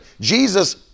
Jesus